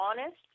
honest